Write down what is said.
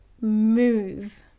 move